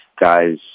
guys